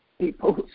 people